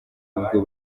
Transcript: ubwo